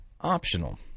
optional